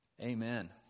Amen